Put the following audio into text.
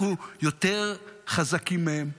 אנחנו יותר חזקים מהם.